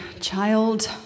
child